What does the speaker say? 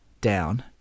down